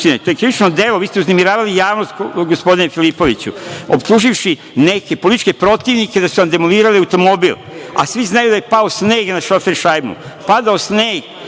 to je krivično delo. Vi ste uznemiravali javnost, gospodine Filipoviću, optuživši neke političke protivnike da su vam demolirali automobil, a svi znaju da je pao sneg na šoferšajbnu. Padao sneg!